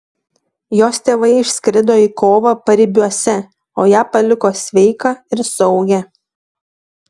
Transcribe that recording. jos tėvai išskrido į kovą paribiuose o ją paliko sveiką ir saugią